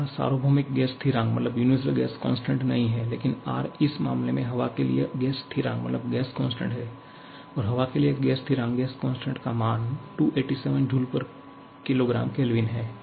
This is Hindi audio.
R सार्वभौमिक गैस स्थिरांक नहीं है लेकिन R इस मामले में हवा के लिए गैस स्थिरांक है और हवा के लिए गैस स्थिरांक का मान 287 JkgK है